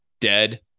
dead